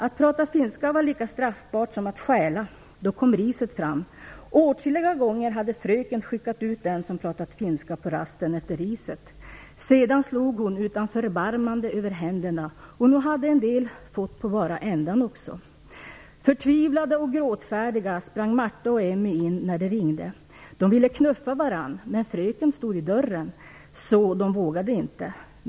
Att prata finska var lika straffbart som att stjäla. Då kom riset fram. Åtskilliga gånger hade Fröken skickat ut den som pratat finska på rasten efter riset. Sedan slog hon utan förbarmande över händerna och nog hade en del fått på bara ändan också. Förtvivlade och gråtfärdiga sprang Marta och Emmy in när det ringde. De ville knuffa varann men Fröken stod i dörren så de vågade inte.